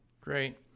Great